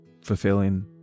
fulfilling